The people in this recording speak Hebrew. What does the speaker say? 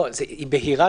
היא בהירה,